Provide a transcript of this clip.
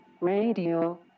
Radio